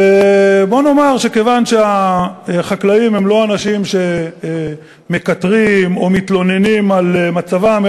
בוא נאמר שכיוון שהחקלאים הם לא אנשים שמקטרים או מתלוננים על מצבם,